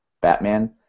Batman